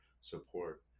support